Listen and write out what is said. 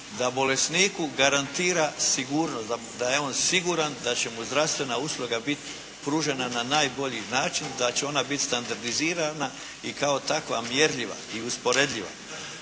da bolesniku garantira sigurnost, da je on siguran da će mu zdravstvena usluga biti pružena na najbolji način da će ona biti standardizirana i kao takva mjerljiva i usporedljiva.